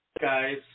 guys